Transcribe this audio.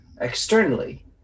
externally